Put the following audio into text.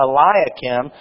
Eliakim